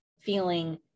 feeling